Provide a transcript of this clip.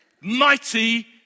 Mighty